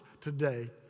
today